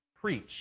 preach